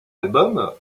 album